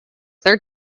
third